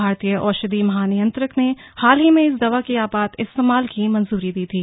भारतीय औषधि महानियंत्रक ने हाल ही में इस दवा के आपात इस्तेमाल की मंजूरी दी थी